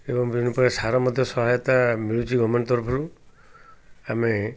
ଏବଂ ପ୍ରକାର ସାର ମଧ୍ୟ ସହାୟତା ମିଳୁଛି ଗଭର୍ନମେଣ୍ଟ ତରଫରୁ ଆମେ